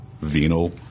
venal